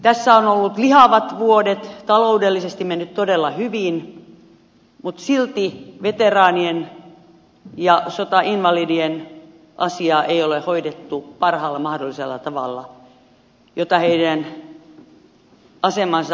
tässä on ollut lihavat vuodet taloudellisesti on mennyt todella hyvin mutta silti veteraanien ja sotainvalidien asiaa ei ole hoidettu parhaalla mahdollisella tavalla jota heidän asemansa edellyttäisi